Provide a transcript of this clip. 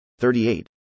38